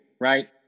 right